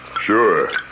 Sure